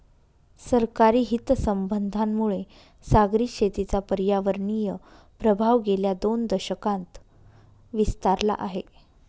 सरकारी हितसंबंधांमुळे सागरी शेतीचा पर्यावरणीय प्रभाव गेल्या दोन दशकांत विस्तारला आहे